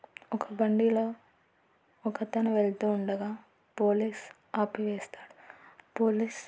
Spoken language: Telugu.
ఒక బండిలో ఒకతను వెళ్తూ ఉండగా పోలీస్ ఆపి వేస్తాడు పోలీస్